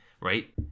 right